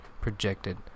projected